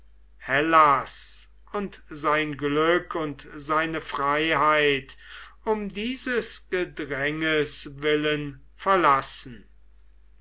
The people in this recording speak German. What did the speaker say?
hellas und sein glück und seine freiheit um dieses gedränges willen verlassen